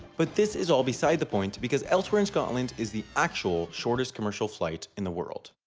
but this is all beside the point because elsewhere in scotland is the actual shortest commercial flight in the world.